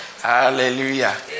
hallelujah